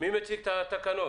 מי מציג את התקנות?